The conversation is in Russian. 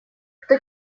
кто